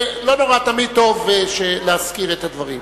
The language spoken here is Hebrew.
לא נורא, תמיד טוב להזכיר את הדברים.